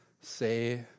say